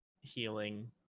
healing